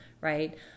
right